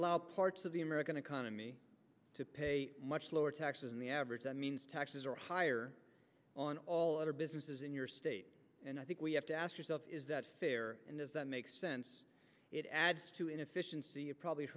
allow parts of the american economy to pay much lower taxes on the average that means taxes are higher on all other businesses in your state and i think we have to ask yourself is that fair and does that make sense to inefficiency it probably